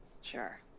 Sure